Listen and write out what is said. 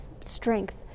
strength